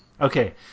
Okay